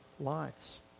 lives